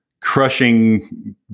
crushing